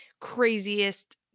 craziest